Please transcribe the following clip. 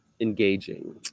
engaging